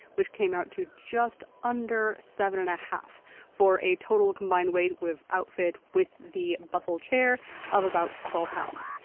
which came out to just under seven and a half for a total combined weight with outfit with the bustle chair of about twelve pounds.